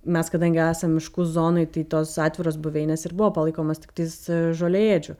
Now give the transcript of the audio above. mes kadangi esam miškų zonoj tai tos atviros buveinės ir buvo palaikomos tiktais žolėdžių